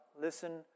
Listen